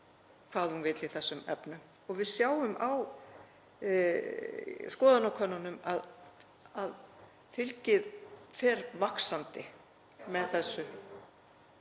hvað hún vill í þessum efnum. Við sjáum á skoðanakönnunum að fylgið fer vaxandi með þessu,